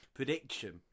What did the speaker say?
prediction